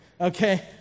Okay